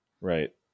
Right